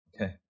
Okay